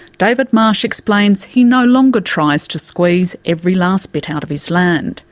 david marsh explains he no longer tries to squeeze every last bit out of his land.